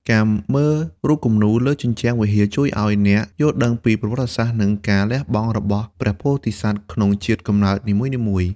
ការមើលរូបគំនូរលើជញ្ជាំងវិហារ ជួយឱ្យអ្នកយល់ដឹងពីប្រវត្តិសាស្ត្រ និងការលះបង់របស់ព្រះពោធិសត្វក្នុងជាតិកំណើតនីមួយៗ។